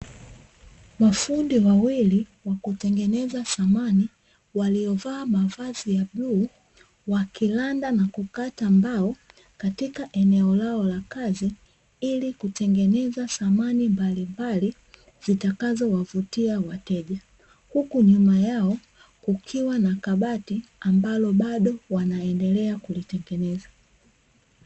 Mafundi wawili wakutengeneza samani waliovaa mavazi ya bluu wakiranda na kukata mbao katika eneo la kazi ilikutengeneza samani mbalimbali zitakazo wavutia wateja. Huku nyuma yao kukiwa na kabati ambalo bado wanaendelea kulitengeneza.